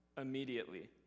Immediately